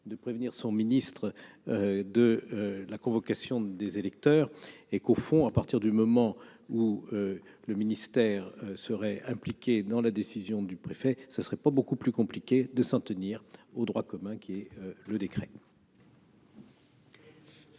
de prévenir son ministre de la convocation des électeurs et que, au fond, à partir du moment où le ministère serait impliqué dans la décision du préfet, ce ne serait pas beaucoup plus compliqué de s'en tenir au droit commun, c'est-à-dire la